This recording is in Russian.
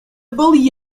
был